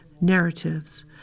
narratives